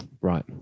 Right